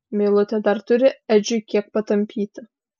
meilutė dar turi edžiui kiek patampyti